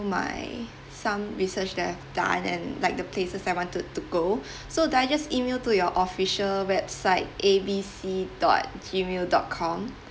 my some research that I've done and like the places I wanted to go so do I email to your official website A B C dot gmail dot com